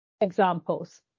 examples